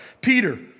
Peter